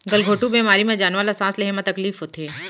गल घोंटू बेमारी म जानवर ल सांस लेहे म तकलीफ होथे